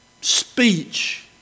speech